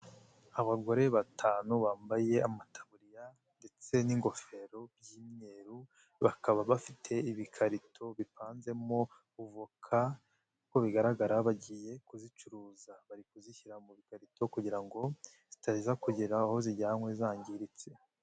Abagore batanu bambaye amataburiya ndetse n'ingofero by'imye, bakaba bafite ibikarito bipanzemo uvoka, bigaragara ko bagiye kuzicuruza, bari kuzishyira mu bikarito, kugira ngo zitaza kugera aho zijyanwe zangiritse.